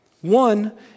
One